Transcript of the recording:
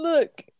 look